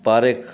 Pareek